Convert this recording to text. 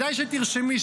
כדאי שתרשמי,